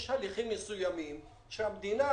יש הליכים מסוימים שהמדינה